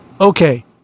Okay